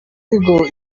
tigo